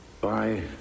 bye